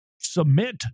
submit